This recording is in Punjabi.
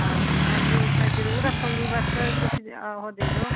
ਹਾਂਜੀ ਹਾਂਜੀ ਮੈਂ ਜ਼ਰੂਰ ਰੱਖੂਗੀ ਬਸ ਤੁਸੀਂ ਉਹੋ ਦੇ ਦਿਓ